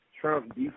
Trump